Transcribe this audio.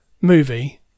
movie